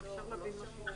שמעתם על יבואנים זעירים?